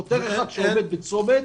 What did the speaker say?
שוטר אחד שעומד בצומת,